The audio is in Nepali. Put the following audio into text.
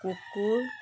कुकुर